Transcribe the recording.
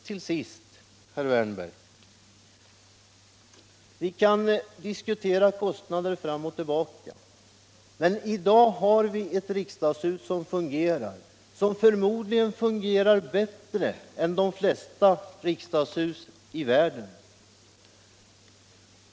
Till sist, herr Wärnberg, kan vi diskutera kostnader fram och tillbaka, men i dag har vi ett riksdagshus som fungerar. och som förmodligen fungerar bättre än de flesta riksdagshus i världen.